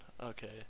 okay